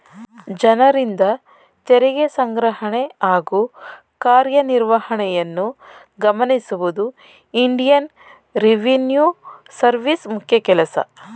ಜನರಿಂದ ತೆರಿಗೆ ಸಂಗ್ರಹಣೆ ಹಾಗೂ ಕಾರ್ಯನಿರ್ವಹಣೆಯನ್ನು ಗಮನಿಸುವುದು ಇಂಡಿಯನ್ ರೆವಿನ್ಯೂ ಸರ್ವಿಸ್ ಮುಖ್ಯ ಕೆಲಸ